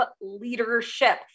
Leadership